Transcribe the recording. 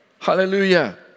Hallelujah